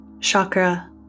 chakra